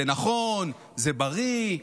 זה נכון, זה בריא,